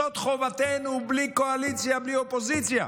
זאת חובתנו, בלי קואליציה, בלי אופוזיציה,